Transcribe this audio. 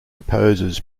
opposes